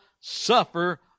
suffer